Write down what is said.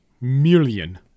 million